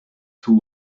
two